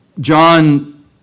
John